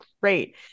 great